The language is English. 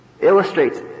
illustrates